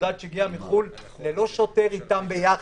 מבודד שהגיע מחו"ל ללא שוטר איתם ביחד,